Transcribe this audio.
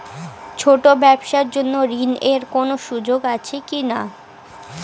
ছোট ব্যবসার জন্য ঋণ এর কোন সুযোগ আছে কি না?